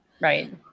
Right